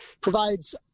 Provides